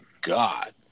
god